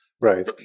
Right